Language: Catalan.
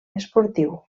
esportiu